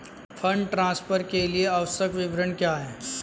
Fund transfer के लिए आवश्यक विवरण क्या हैं?